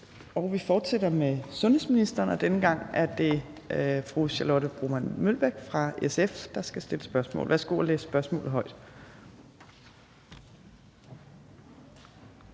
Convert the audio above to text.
Vi fortsætter med sundhedsministeren, og denne gang er det fru Charlotte Broman Mølbæk fra SF, der skal stille et spørgsmål. Kl. 14:57 Spm. nr.